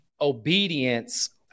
obedience